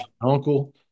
uncle